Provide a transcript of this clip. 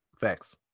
Facts